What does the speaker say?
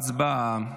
הצבעה.